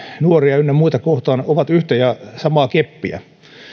nuoria ynnä muita kohtaan ovat yhtä ja samaa keppiä